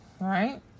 Right